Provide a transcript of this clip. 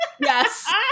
yes